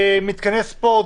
מתקני ספורט,